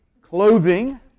clothing